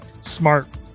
smart